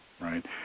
right